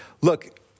Look